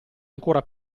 ancora